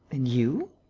and you?